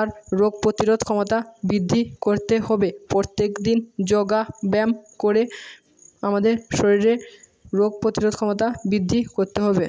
আর রোগ প্রতিরোধ ক্ষমতা বৃদ্ধি করতে হবে প্রত্যেক দিন যোগা ব্যায়াম করে আমাদের শরীরে রোগ প্রতিরোধ ক্ষমতা বৃদ্ধি করতে হবে